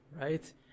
Right